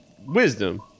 wisdom